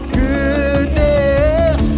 goodness